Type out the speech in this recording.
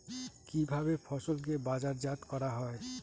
কিভাবে ফসলকে বাজারজাত করা হয়?